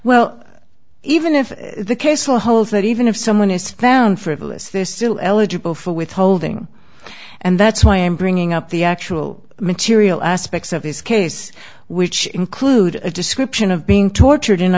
well even if the case law holds that even if someone is found frivolous they're still eligible for withholding and that's why i'm bringing up the actual material aspects of this case which include a description of being tortured in